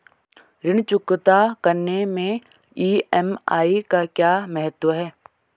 ऋण चुकता करने मैं ई.एम.आई का क्या महत्व है?